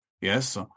yes